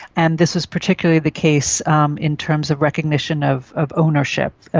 and this was particularly the case um in terms of recognition of of ownership,